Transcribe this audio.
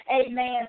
Amen